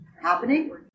happening